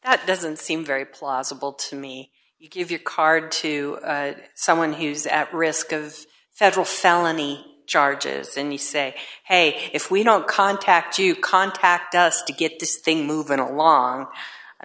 that at doesn't seem very plausible to me you give your card to someone who's at risk of federal felony charges any say hey if we don't contact you contact us to get this thing moving along i